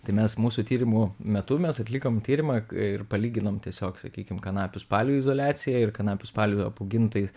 tai mes mūsų tyrimų metu mes atlikom tyrimą ir palyginom tiesiog sakykim kanapių spalių izoliaciją ir kanapių spalių apaugintais